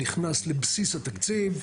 נכנס לבסיס התקציב.